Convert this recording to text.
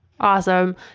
Awesome